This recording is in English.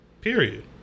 Period